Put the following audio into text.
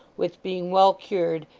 which being well cured,